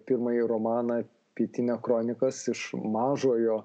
pirmąjį romaną pietinio kronikos iš mažojo